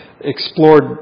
explored